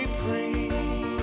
free